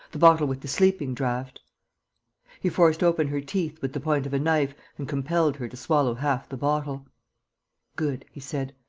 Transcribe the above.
the bottle with the sleeping-draught. he forced open her teeth with the point of a knife and compelled her to swallow half the bottle good, he said.